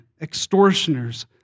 extortioners